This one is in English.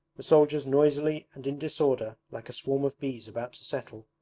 the soldiers noisily and in disorder, like a swarm of bees about to settle,